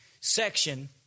section